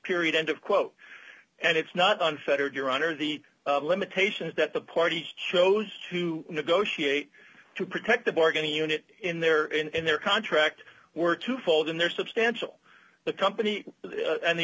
period end of quote and it's not unfettered your honor the limitation is that the party chose to negotiate to protect the bargaining unit in there and their contract were to fold and their substantial the company and the